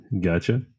gotcha